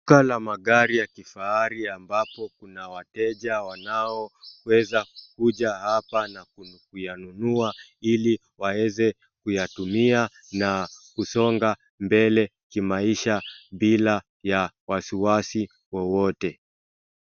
Duka la magari ya kifahari ambapo kuna wateja wanaoweza kuja hapa kuyanunua ili waweze kuyatumia na kusonga mbele kimaisha bila ya wasiwasi wowote.